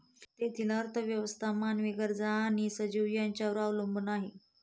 तेथील अर्थव्यवस्था मानवी गरजा आणि सजीव यांच्या संबंधांवर अवलंबून आहे